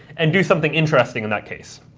and do something interesting in that case.